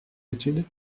études